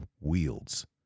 wields